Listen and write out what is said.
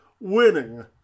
winning